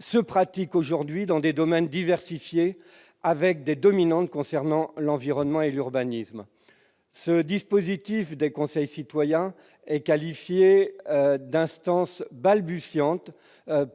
se pratique aujourd'hui dans des domaines diversifiés, en particulier l'environnement et l'urbanisme. Le dispositif des conseils citoyens a été qualifié d'« instance balbutiante »